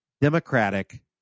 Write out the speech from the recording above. Democratic